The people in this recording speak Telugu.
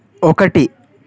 ఒకటి